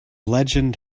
legend